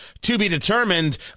to-be-determined